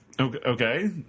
Okay